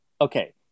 okay